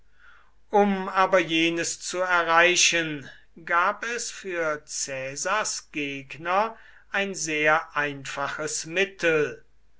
um aber jenes zu erreichen gab es für caesars gegner ein sehr einfaches mittel